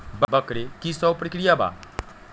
वक्र कि शव प्रकिया वा?